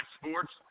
Sports